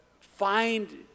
find